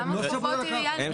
הם